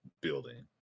building